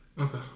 Okay